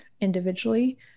individually